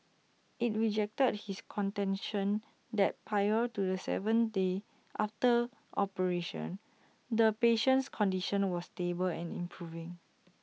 IT rejected his contention that prior to the seventh day after operation the patient's condition was stable and improving